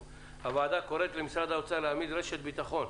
הוועדה קוראת למשרד האוצר להעמיד רשת ביטחון,